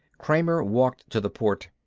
kramer walked to the port.